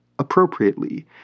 appropriately